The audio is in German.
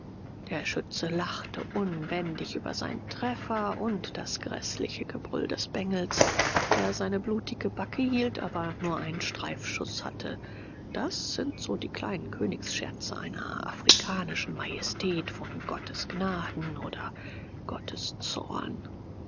der schütze lachte unbändig über seinen treffer und das gräßliche gebrüll des bengels der seine blutige backe hielt aber nur einen streifschuß hatte das sind so die kleinen königsscherze einer afrikanischen majestät von gottes gnaden oder gottes zorn